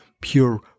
pure